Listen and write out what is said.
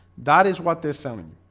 that is what they're selling.